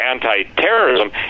anti-terrorism